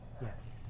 Yes